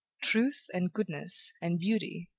truth, and goodness, and beauty,